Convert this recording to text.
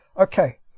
Okay